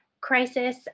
crisis